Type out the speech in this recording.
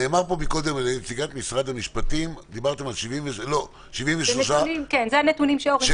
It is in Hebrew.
פה נציגת משרד המשפטים שהוטלו 73 דוחות על מוסדות חינוך.